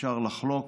אפשר לחלוק,